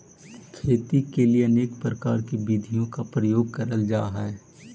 खेती के लिए अनेक प्रकार की विधियों का प्रयोग करल जा हई